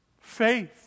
faith